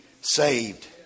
saved